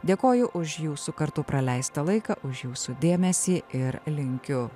dėkoju už jūsų kartu praleistą laiką už jūsų dėmesį ir linkiu